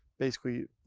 basically